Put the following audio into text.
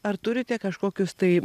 ar turite kažkokius tai